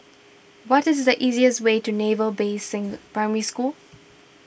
what is the easiest way to Naval Basing Primary School